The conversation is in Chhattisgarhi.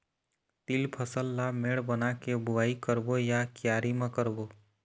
तील फसल ला मेड़ बना के बुआई करबो या क्यारी म करबो?